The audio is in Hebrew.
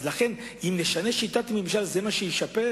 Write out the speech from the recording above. אם נשנה את שיטת הממשל, זה מה שישפר?